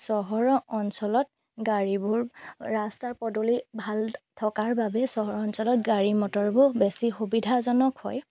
চহৰ অঞ্চলত গাড়ীবোৰ ৰাস্তাৰ পদূলি ভাল থকাৰ বাবে চহৰ অঞ্চলত গাড়ী মটৰবোৰ বেছি সুবিধাজনক হয়